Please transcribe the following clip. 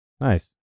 Nice